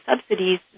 subsidies